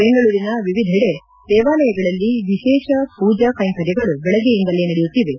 ಬೆಂಗಳೂರಿನ ವಿವಿಧೆಡೆ ದೇವಾಲಯಗಳಲ್ಲಿ ವಿಶೇಷ ಪೂಜೆ ಕೈಂಕರ್ಯಗಳು ಬೆಳಗ್ಗೆಯಿಂದಲೇ ನಡೆಯುತ್ತಿವೆ